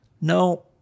no